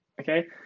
Okay